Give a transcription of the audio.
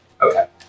Okay